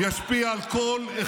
חברת הכנסת